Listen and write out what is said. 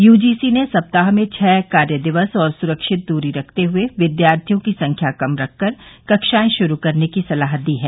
UGC ने सप्ताह में छह कार्य दिवस और सुरक्षित दूरी रखते हुए विद्यार्थियों की संख्या कम रखकर कक्षाएं शुरू करने की सलाह दी है